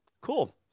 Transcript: Cool